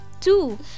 two